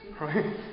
Right